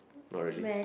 not really